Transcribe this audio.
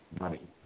money